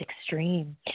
extreme